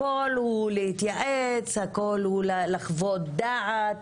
הכול הוא להתייעץ, הכול הוא לחוות דעת,